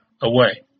away